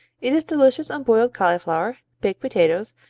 it is delicious on boiled cauliflower, baked potatoes,